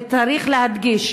וצריך להדגיש,